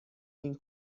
این